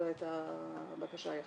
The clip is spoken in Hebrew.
זו הייתה הבקשה היחידה.